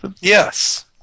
Yes